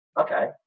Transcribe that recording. okay